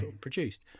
produced